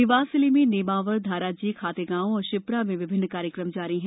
देवास जिले में नेमावरधाराजी खातेगांव और शिप्रा में विभिन्न कार्यक्रम जारी है